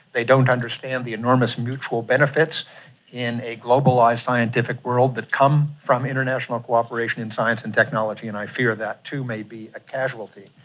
they don't understand the enormous mutual benefits in a globalised scientific world that come from international cooperation in science and technology, and i fear that too may be a casualty.